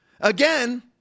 Again